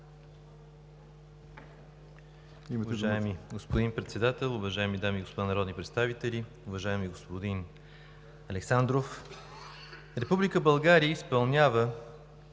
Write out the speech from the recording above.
Уважаеми господин Председател, уважаеми дами и господа народни представители! Уважаеми господин Александров, Република България изпълнява